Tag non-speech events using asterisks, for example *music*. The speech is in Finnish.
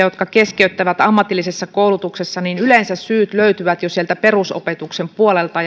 *unintelligible* jotka keskeyttävät ammatillisessa koulutuksessa niin yleensä syyt löytyvät jo sieltä perusopetuksen puolelta *unintelligible*